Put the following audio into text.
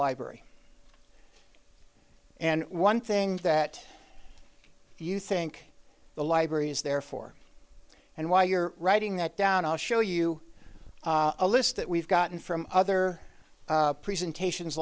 library and one thing that you think the library is there for and why you're writing that down i'll show you a list that we've gotten from other presentations